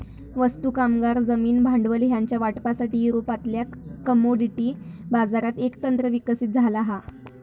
वस्तू, कामगार, जमीन, भांडवल ह्यांच्या वाटपासाठी, युरोपातल्या कमोडिटी बाजारात एक तंत्र विकसित झाला हा